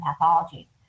pathology